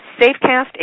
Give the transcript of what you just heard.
SafeCast